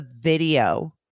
video